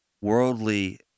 worldly